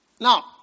Now